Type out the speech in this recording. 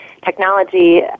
technology